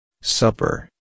Supper